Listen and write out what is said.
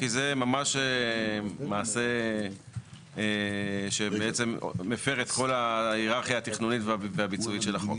כי זה ממש מעשה שבעצם מפר את כל ההיררכיה התכנונית והביצועית של החוק.